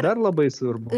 dar labai svarbu